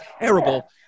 terrible